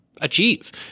achieve